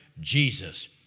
Jesus